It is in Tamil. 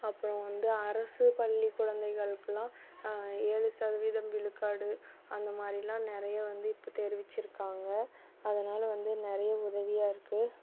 அப்புறம் வந்து அரசு பள்ளி குழந்தைகளுக்கெலாம் ஏழு சதவீதம் விழுக்காடு அந்த மாதிரிலாம் நிறைய வந்து இப்போ தெரிவிச்சுருக்காங்க அதனால் வந்து நிறைய உதவியாக இருக்குது